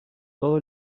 todo